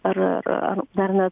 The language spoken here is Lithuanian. ar ar dar ne